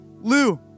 Lou